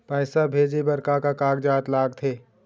पैसा भेजे बार का का कागजात लगथे?